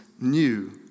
new